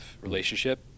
relationship